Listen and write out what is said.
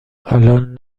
الان